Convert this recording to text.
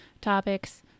topics